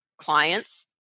Clients